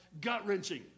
Gut-wrenching